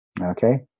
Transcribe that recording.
okay